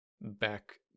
back